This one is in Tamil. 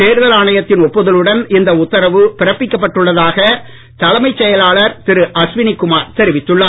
தேர்தல் ஆணையத்தின் ஒப்புதலுடன் இந்த உத்தரவு பிறப்பிக்கப்பட்டுள்ளதாக தலைமை செயலாளர் திரு அஸ்வனிகுமார் தெரிவித்துள்ளார்